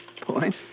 Point